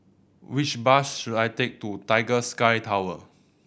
which bus should I take to Tiger Sky Tower